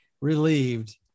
relieved